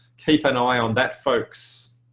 keep an eye on that folks.